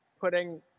putting